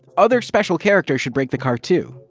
other special characters should break the car, too.